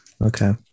Okay